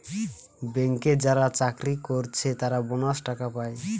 ব্যাংকে যারা চাকরি কোরছে তারা বোনাস টাকা পায়